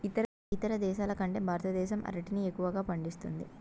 ఇతర దేశాల కంటే భారతదేశం అరటిని ఎక్కువగా పండిస్తుంది